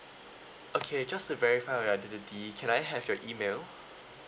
okay just to verify your identity can I have your email